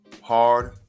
hard